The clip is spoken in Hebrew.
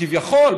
כביכול,